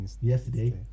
Yesterday